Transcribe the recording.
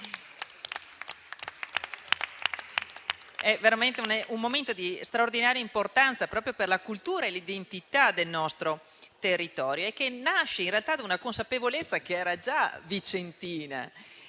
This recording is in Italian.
È veramente un momento di straordinaria importanza per la cultura e l'identità del nostro territorio, che nasce in realtà da una consapevolezza, che era già vicentina,